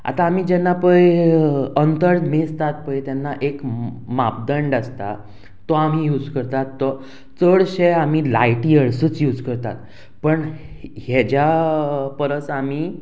आतां आमी जेन्ना पय अंतर मेजतात पय तेन्ना एक मापदंड आसता तो आमी यूज करतात तो चडशे आमी लायटी हळसूच यूज करतात पण हेज्या परस आमी